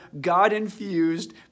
God-infused